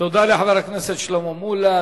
תודה לחבר הכנסת שלמה מולה.